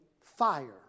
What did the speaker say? fire